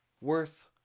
worth